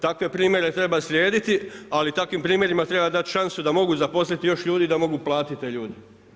Takve primjere treba slijediti, ali takvim primjerima treba dati šansu da mogu zaposliti još ljudi i da mogu platiti te ljude.